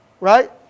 Right